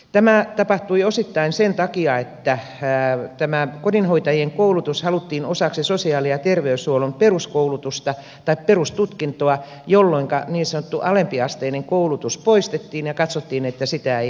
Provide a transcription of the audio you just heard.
tämä tapahtui osittain sen takia että tämä kodinhoitajien koulutus haluttiin osaksi sosiaali ja terveyshuollon peruskoulutusta tai perustutkintoa jolloinka niin sanottu alempiasteinen koulutus poistettiin ja katsottiin että sitä ei enää tarvita